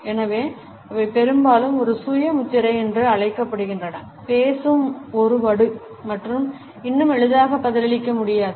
எனவே அவை பெரும்பாலும் ஒரு சுய முத்திரை என்று அழைக்கப்படுகின்றன பேசும் ஒரு வடு மற்றும் இன்னும் எளிதாக பதிலளிக்க முடியாது